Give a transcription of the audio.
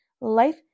Life